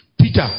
Peter